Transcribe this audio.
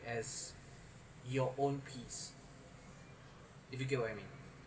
as your own peace if you get what I mean